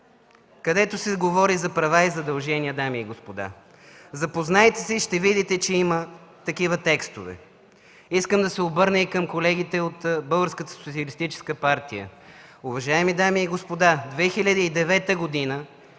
където се говори за права и задължения, дами и господа. Запознайте се и ще видите, че има такива текстове. Искам да се обърна и към колегите от Българската социалистическа партия: